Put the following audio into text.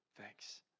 thanks